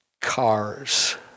cars